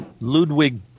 Ludwig